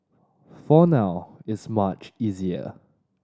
for now it's much easier